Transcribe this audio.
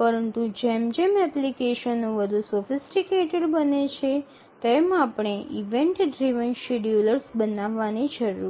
પરંતુ જેમ જેમ એપ્લિકેશનો વધુ સોફિસટીકટેડ બને છે તેમ આપણે ઇવેન્ટ ડ્રિવન શેડ્યૂલર્સ બનાવવાની જરૂર છે